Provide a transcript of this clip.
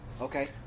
okay